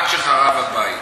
עד שחרב הבית.